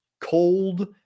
cold